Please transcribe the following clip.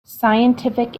scientific